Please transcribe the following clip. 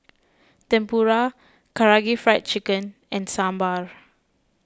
Tempura Karaage Fried Chicken and Sambar